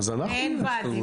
אין וועדים.